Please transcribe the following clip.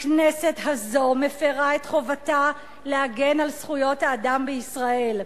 הכנסת הזו מפירה את חובתה להגן על זכויות האדם בישראל.